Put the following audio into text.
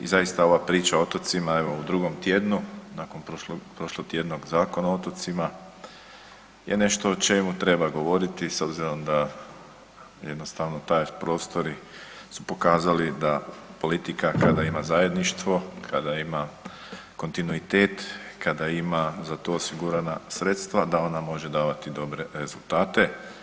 I zaista ova priča o otocima evo u drugom tjednu, nakon prošlotjednog Zakona o otocima je nešto o čemu treba govoriti s obzirom da jednostavno taj prostori su pokazali da politika kada ima zajedništvo, kada ima kontinuitet, kada ima za to osigurana sredstva da ona može davati dobre rezultate.